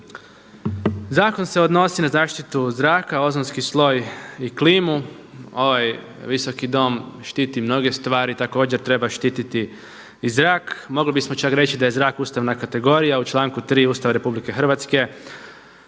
Zakon se odnosi na zaštitu zraka, ozonski sloj i klimu, ovaj Visoki dom štiti mnoge stvari, također treba štiti i zrak, mogli bismo čak reći da je zrak ustavna kategorija, u članku 3. Ustava RH stoji da je